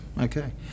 Okay